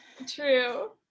true